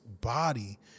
body